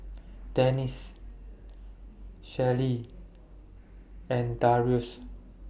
Dennis Shirlee and Darrius